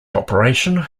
operation